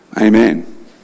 Amen